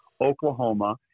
Oklahoma